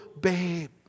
babe